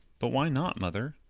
but why not, mother?